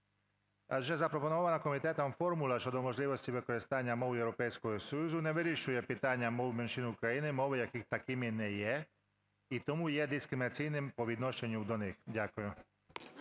Адже запропонована комітетом формула щодо можливості використання мов Європейського Союзу не вирішує питання мов меншин України, мови яких такими не є, і тому є дискримінаційним по відношенню до них. Дякую.